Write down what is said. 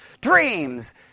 dreams